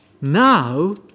Now